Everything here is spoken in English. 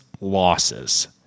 losses